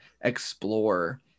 explore